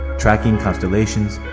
tracking constellations,